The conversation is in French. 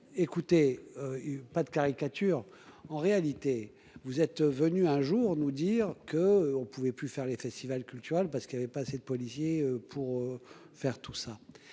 Écoutez. Pas de caricature. En réalité, vous êtes venu un jour nous dire que on pouvait plus faire les festivals culturels parce qu'il y avait pas assez de policiers pour faire tout ça